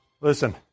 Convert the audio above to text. Listen